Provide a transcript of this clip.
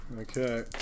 Okay